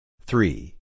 Three